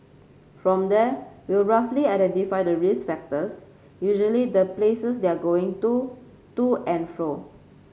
from there we'll roughly identify the risk factors usually the places they're going to to and fro